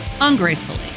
ungracefully